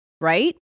Right